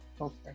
okay